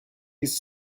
his